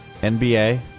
NBA